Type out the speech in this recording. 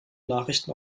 nachrichten